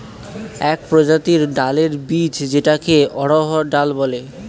এক প্রজাতির ডালের বীজ যেটাকে অড়হর ডাল বলে